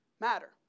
matter